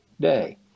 day